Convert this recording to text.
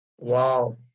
Wow